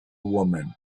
woman